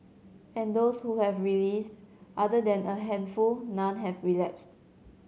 and those who have released other than a handful none have relapsed